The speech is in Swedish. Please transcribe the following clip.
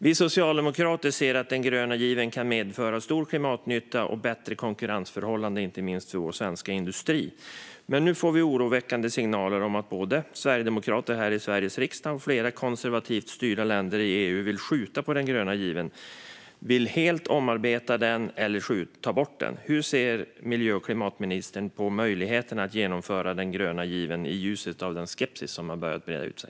Vi socialdemokrater ser att den gröna given kan medföra stor klimatnytta och bättre konkurrensförhållanden, inte minst för vår svenska industri, men nu får vi oroväckande signaler om att både sverigedemokrater här i Sveriges riksdag och flera konservativt styrda länder i EU vill skjuta på den gröna given. Man vill omarbeta den helt eller ta bort den. Hur ser miljö och klimatministern på möjligheten att genomföra den gröna given i ljuset av den skepsis som har börjat breda ut sig?